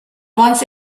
once